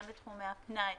גם בתחומי הפנאי.